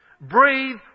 Breathe